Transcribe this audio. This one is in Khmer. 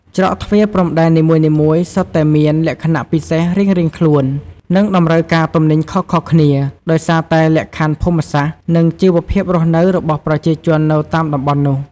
ច្រកទ្វារព្រំដែននីមួយៗសុទ្ធតែមាន លក្ខណៈពិសេសរៀងៗខ្លួន និងតម្រូវការទំនិញខុសៗគ្នា ដោយសារតែលក្ខខណ្ឌភូមិសាស្ត្រ និងជីវភាពរស់នៅរបស់ប្រជាជននៅតាមតំបន់នោះ។